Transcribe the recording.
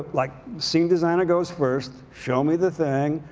like, scene designer goes first. show me the thing.